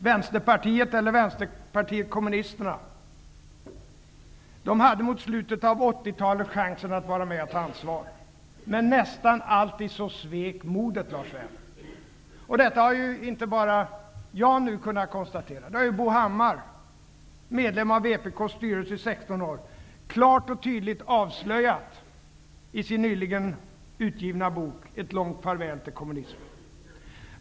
Vänsterpartiet, då Vänsterpartiet kommunisterna, hade under slutet av 80-talet chansen att vara med och ta ansvar. Nästan alltid svek modet, Lars Werner. Detta har inte bara jag kunnat konstatera, utan det har även Bo Hammar, medlem i vpk:s styrelse i 16 år, klart och tydligt avslöjat i sin nyligen utgivna bok ''Ett långt farväl till kommunismen''.